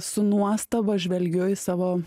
su nuostaba žvelgiu į savo